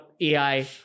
AI